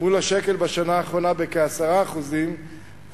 מול השקל בשנה האחרונה בכ-10% תרמה